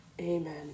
Amen